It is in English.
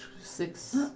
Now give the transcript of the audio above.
Six